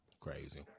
Crazy